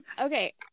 Okay